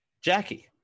Jackie